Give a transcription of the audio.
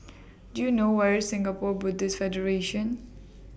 Do YOU know Where IS Singapore Buddhist Federation